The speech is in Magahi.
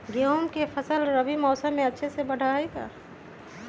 गेंहू के फ़सल रबी मौसम में अच्छे से बढ़ हई का?